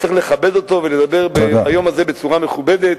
צריך לכבד אותו ולדבר ביום הזה בצורה מכובדת